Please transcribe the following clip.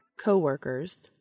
Co-workers